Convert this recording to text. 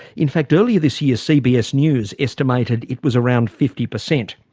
in fact earlier this year cbs news estimated it was around fifty per cent.